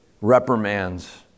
reprimands